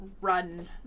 run